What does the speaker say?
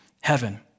heaven